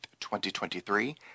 2023